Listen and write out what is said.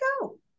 go